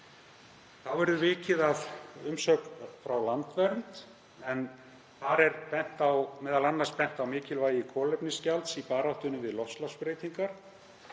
Þá verður vikið að umsögn frá Landvernd en þar er m.a. bent á mikilvægi kolefnisgjalds í baráttunni við loftslagsbreytingar.